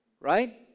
right